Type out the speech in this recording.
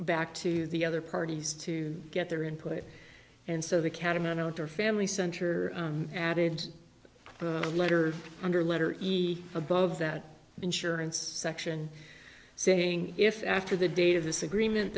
back to the other parties to get their input and so the catamount or family center added a letter under letter e above that insurance section saying if after the date of this agreement